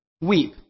Weep